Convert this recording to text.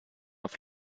auf